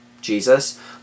Jesus